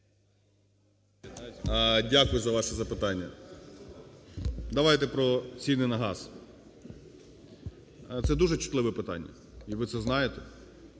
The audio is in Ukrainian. Дякую за ваше запитання. Давайте про ціни на газ. Це дуже чутливе питання і ви це знаєте,